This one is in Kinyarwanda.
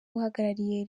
uhagarariye